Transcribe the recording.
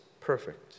perfect